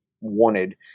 wanted